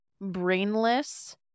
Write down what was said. brainless